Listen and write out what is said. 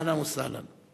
אהלן וסהלן.